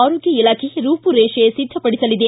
ಆರೋಗ್ಯ ಇಲಾಖೆ ರೂಪುರೇಷೆ ಸಿದ್ದಪಡಿಸಲಿದೆ